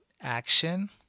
action